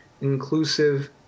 inclusive